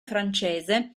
francese